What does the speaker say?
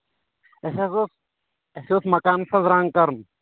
اَسہِ حظ ٲس اَسہِ اوس مَکانَس حظ رنٛگ کَرُن